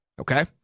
okay